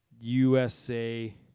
USA